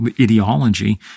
ideology